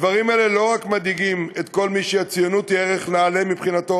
הדברים האלו לא רק מדאיגים את כל מי שהציונות היא ערך נעלה מבחינתו,